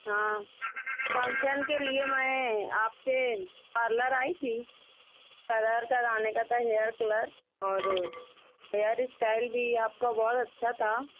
ہاں کنسرن کے لیے میں آپ کے پارلر آئی تھی کلر کرانے کا تھا ہیئر کلر اور ہیئر اسٹائل بھی آپ کا بہت اچھا تھا